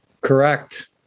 Correct